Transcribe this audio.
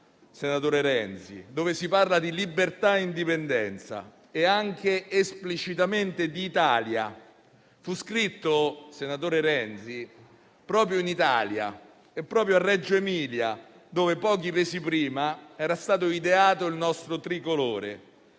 senatore Renzi, dove si parla di libertà, di indipendenza e anche esplicitamente di Italia. Fu scritto, senatore Renzi, proprio in Italia e proprio a Reggio Emilia, dove pochi mesi prima era stato ideato il nostro tricolore.